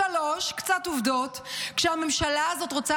3. קצת עובדות: כשהממשלה הזאת רוצה